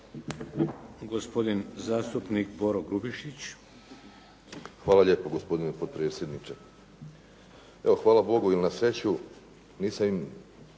Hvala